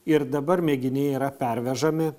ir dabar mėginiai yra pervežami